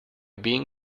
being